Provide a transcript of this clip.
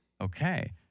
Okay